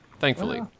thankfully